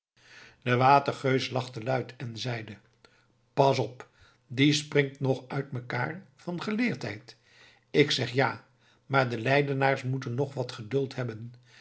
de watergeus lachte luid en zeide pas op die springt nog uit mekaêr van geleerdheid ik zeg ja maar de leidenaars moeten nog wat geduld hebben